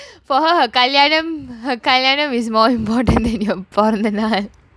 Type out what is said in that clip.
கல்யாணம் கல்யாணம்:kalyaanam kalyaanam is more important than your பொறந்த நாள்:porantha naal